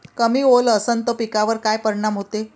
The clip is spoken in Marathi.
कमी ओल असनं त पिकावर काय परिनाम होते?